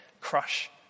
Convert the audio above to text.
Crush